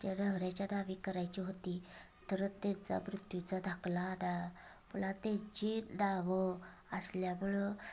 आमच्या नवऱ्याच्या नावे करायची होती तर त्यांचा मृत्यूचा दाखला आणा पुन्हा त्यांची नावं असल्यामुळं